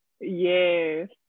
Yes